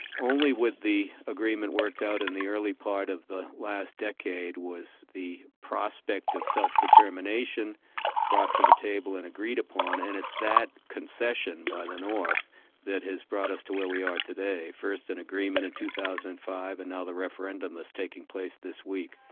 only with the agreement worked out in the early part of the last decade, was the prospect of self-determination brought to the table and agreed upon, and it's that concession by the north that has brought us to where we are today. first an agreement in two thousand and five and now the referendum is taking place this week.